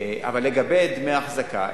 לגבי דמי אחזקה,